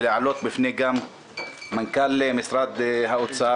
ולהעלות בפני מנכ"ל משרד האוצר